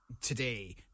today